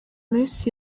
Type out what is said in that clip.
minsi